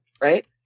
Right